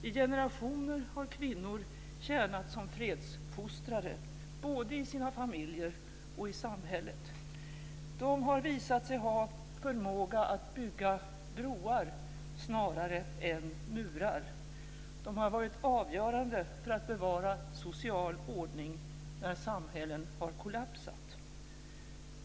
I generationer har kvinnor tjänat som fredsfostrare, både i sina familjer och i samhället. De har visat sig ha förmåga att bygga broar, snarare än murar. De har varit avgörande för att bevara social ordning när samhällen har kollapsat."